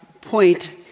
point